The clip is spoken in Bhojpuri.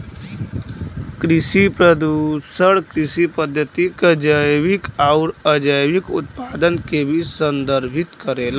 कृषि प्रदूषण कृषि पद्धति क जैविक आउर अजैविक उत्पाद के भी संदर्भित करेला